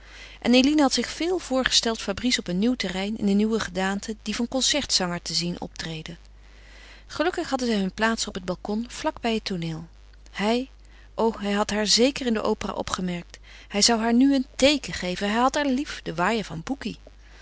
en eline had zich veel voorgesteld fabrice op een nieuw terrein in een nieuwe gedaante die van concertzanger te zien optreden gelukkig hadden zij hun plaatsen op het balkon vlak bij het tooneel hij o hij had haar zeker in de opera opgemerkt hij zou haar nu een teeken geven hij had haar lief de waaier van